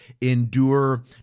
endure